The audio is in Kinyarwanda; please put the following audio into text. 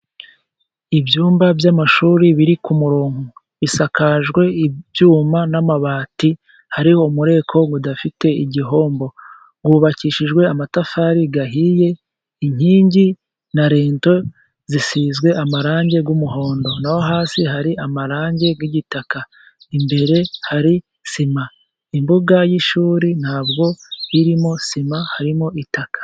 Ibyumba by'amashuri biri ku murongo. Bisakajwe ibyuma n'amabati, hari umureko udafite igihombo. Yubakishijwe amatafari gahiye, inkingi na reto zisizwe amarange y'umuhondo. Naho hasi hari amarangi y'igitaka. Imbere hari sima. Imbuga y'ishuri ntabwo irimo sima, harimo itaka.